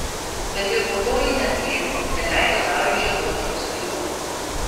bet ir po to ji neatlėgo neleido dariui žieduoti jos vaikų